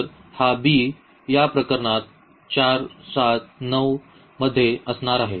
तर हा या प्रकरणात मध्ये असणार आहे